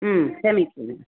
समीचीनम्